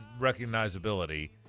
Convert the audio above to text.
recognizability